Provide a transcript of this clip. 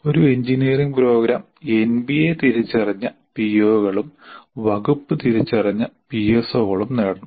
ഒരു engineering programme NBA തിരിച്ചറിഞ്ഞ പിഒകളും വകുപ്പ് തിരിച്ചറിഞ്ഞ പിഎസ്ഒകളും നേടണം